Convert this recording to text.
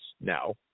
now